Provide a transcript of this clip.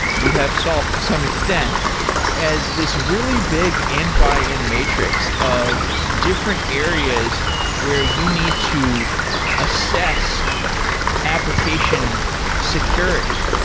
you have solved to some extent as this really big end-by-end matrix of different areas where you need to assess application security.